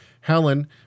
Helen